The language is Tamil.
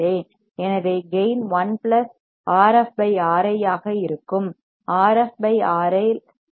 எனவே கேயின் 1 Rf Ri ஆக இருக்கும்